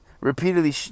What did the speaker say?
repeatedly